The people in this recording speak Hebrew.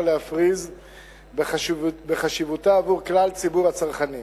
להפריז בחשיבותה עבור כלל ציבור הצרכנים.